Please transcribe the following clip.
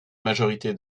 majorité